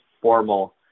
formal